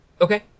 Okay